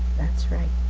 that's right.